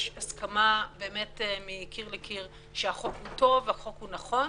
הסכמה מקיר לקיר שהחוק הוא טוב והחוק נכון.